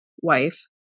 wife